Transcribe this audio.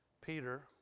Peter